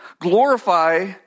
glorify